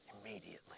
Immediately